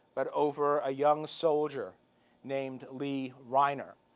but over a young soldier named lee rhynor.